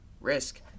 risk